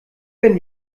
wenn